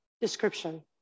description